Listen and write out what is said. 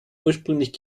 ursprünglich